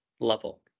level